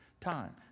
time